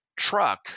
truck